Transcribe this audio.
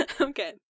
okay